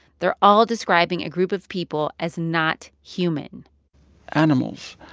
they're all describing a group of people as not human animals.